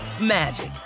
magic